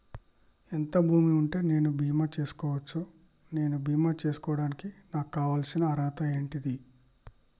ఎంత భూమి ఉంటే నేను బీమా చేసుకోవచ్చు? నేను బీమా చేసుకోవడానికి నాకు కావాల్సిన అర్హత ఏంటిది?